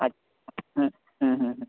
अच्छा